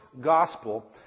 gospel